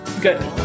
Good